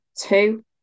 two